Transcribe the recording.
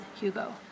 Hugo